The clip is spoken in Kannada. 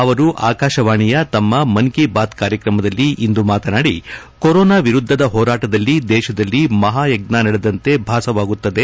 ಅವರು ಆಕಾಶವಾಣಿಯ ತಮ್ಮ ಮನ್ ಕೀ ಬಾತ್ ಕಾರ್ಯಕ್ರಮದಲ್ಲಿ ಇಂದು ಮಾತನಾಡಿ ಕೊರೋನಾ ವಿರುದ್ದದ ಹೋರಾಟದಲ್ಲಿ ದೇಶದಲ್ಲಿ ಮಹಾಯಜ್ಞಾ ನಡೆದೆದಂತೆ ಭಾಸವಾಗುತ್ತದೆ